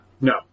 No